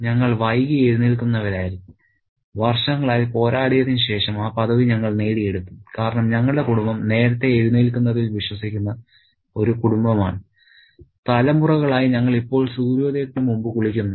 ഞങ്ങൾ വൈകി എഴുന്നേൽക്കുന്നവരായിരുന്നു വർഷങ്ങളായി പോരാടിയതിന് ശേഷം ആ പദവി ഞങ്ങൾ നേടി എടുത്തു കാരണം ഞങ്ങളുടെ കുടുംബം നേരത്തെ എഴുന്നേൽക്കുന്നതിൽ വിശ്വസിക്കുന്ന ഒരു കുടുംബമാണ് തലമുറകളായി ഞങ്ങൾ ഇപ്പോൾ സൂര്യോദയത്തിന് മുമ്പ് കുളിക്കുന്നു